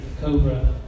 Cobra